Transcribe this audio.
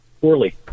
poorly